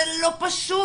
זה לא פשוט,